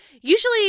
usually